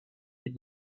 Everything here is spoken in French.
fait